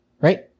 right